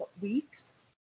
weeks